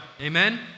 Amen